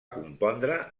compondre